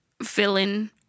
villain